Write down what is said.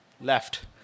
left